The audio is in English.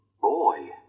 Boy